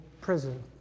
prison